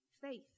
faith